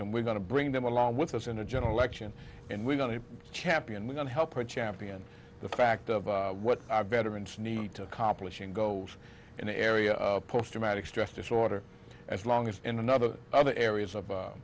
and we're going to bring them along with us in a general election and we're going to champion we're going to help our champion the fact of what our veterans need to accomplishing goals in the area of post traumatic stress disorder as long as in another other areas of